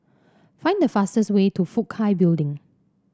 find the fastest way to Fook Hai Building